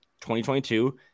2022